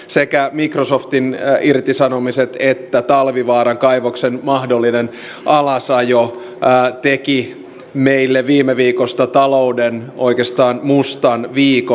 sekä microsoftin irtisanomiset että talvivaaran kaivoksen mahdollinen alasajo tekivät meille viime viikosta oikeastaan talouden mustan viikon